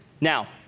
Now